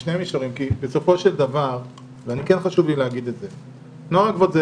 בשני מישורים, כי מה שמכונה "נוער הגבעות"